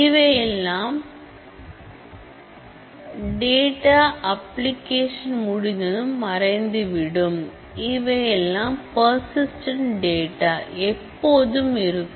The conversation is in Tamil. இவையெல்லாம் பிரான்சியம் டேட்டா அப்ளிகேஷன் முடிந்ததும் மறைந்துவிடும் இவையெல்லாம் பர்சிஸ்டன்ட் டேட்டா எப்போதும் இருக்கும்